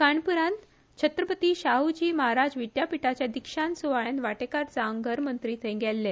कानपुरात छत्रपती शाह जी महाराज विद्यापीठाच्या दिक्षांत सुवाळ्यात वाटेकार जावंक गृहमंत्री थंय गेऴ्ले